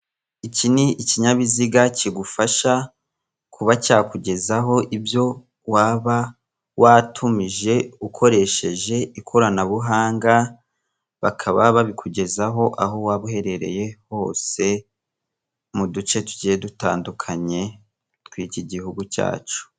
Iki ni ikinyabiziga kugufasha kuba cyakugezaho ibyo waba watumije ukoresheje ikoranabuhanga, bakaba babikugezaho aho waba uherereye hose mu duce tugiye dutandukanye tw'iki gihugu cyacu.